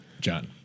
John